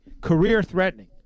career-threatening